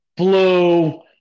Blue